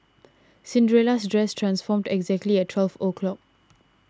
Cinderella's dress transformed exactly at twelve o'clock